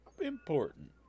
important